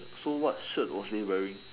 so what shirt was he wearing